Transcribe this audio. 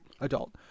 adult